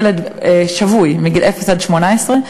ילד שבוי מגיל אפס עד 18,